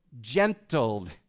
gentled